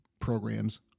programs